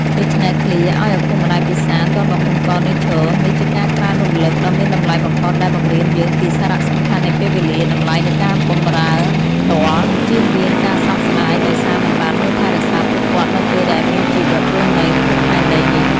ដូច្នេះ ឃ្លា ឲ្យឪពុកម្តាយពិសារ ទាន់បំពង់ករនៅឈរ នេះជាការក្រើនរំលឹកដ៏មានតម្លៃបំផុតដែលបង្រៀនយើងពីសារៈសំខាន់នៃពេលវេលា តម្លៃនៃការបម្រើផ្ទាល់ ជៀសវាងការសោកស្តាយដោយសារមិនបានមើលថែរក្សាពួកគាត់នៅពេលដែលមានជីវិតរស់នៅភពផែនដីនេះ។